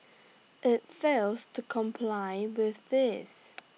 IT fails to comply with this